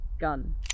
gun